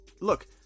look